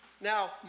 Now